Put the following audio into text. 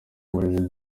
burezi